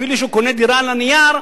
אפילו שהוא קונה דירה על הנייר,